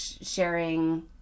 sharing